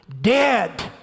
dead